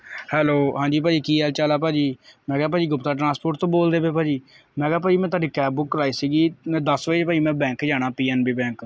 hello ਹਾਂਜੀ ਭਾਅ ਜੀ ਕੀ ਹਾਲ ਚਾਲ ਐ ਭਾਅ ਜੀ ਮੈਂ ਕਿਹਾ ਭਾਅ ਜੀ ਗੁਪਤਾ ਟ੍ਰਾਂਸਪੋਟ ਤੋਂ ਬੋਲਦੇ ਪਏ ਭਾਅ ਜੀ ਮੈਂ ਕਿਹਾ ਭਾਅ ਜੀ ਮੈਂ ਤੁਹਾਡੀ ਕੈਬ ਬੁੱਕ ਕਰਾਈ ਸੀ ਦਸ ਵਜੇ ਭਾਅ ਜੀ ਮੈਂ ਬੈਂਕ ਜਾਣਾ ਪੀ ਐੱਨ ਬੀ ਬੈਂਕ